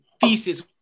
thesis